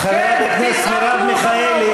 חברת הכנסת איילת נחמיאס ורבין,